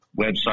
website